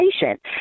patient